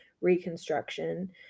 reconstruction